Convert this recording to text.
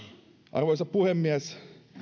arvoisa puhemies